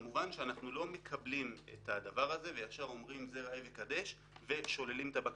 כמובן אנחנו לא מקבלים את זה וישר אומרים זה ראה וקדש ושוללים את הבקשה,